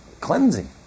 cleansing